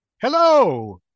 Hello